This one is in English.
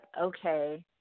okay